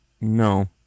No